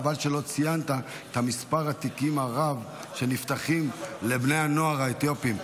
חבל שלא ציינת את מספר התיקים הרב שנפתח לבני הנוער האתיופים.